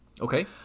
Okay